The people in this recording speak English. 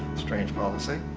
strange policy.